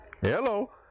Hello